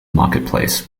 marketplace